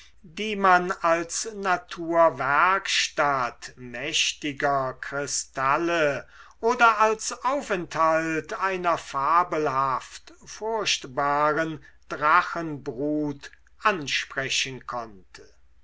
die man als naturwerkstatt mächtiger kristalle oder als aufenthalt einer fabelhaftfurchtbaren drachenbrut ansprechen konnte